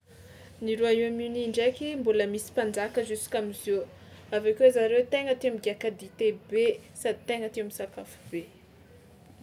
Ny Royaume-Uni ndraiky mbôla misy mpanjaka juska am'ziô, avy akeo zareo tegna tia migiàka dite be sady tegna tia misakafo be.